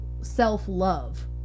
self-love